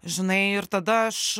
žinai ir tada aš